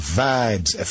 vibes